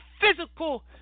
physical